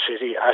City